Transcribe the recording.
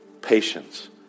patience